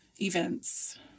events